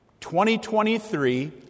2023